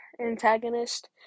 antagonist